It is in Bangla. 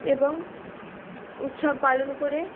এবং উৎসব পালন করে